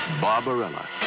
Barbarella